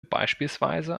beispielsweise